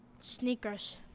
sneakers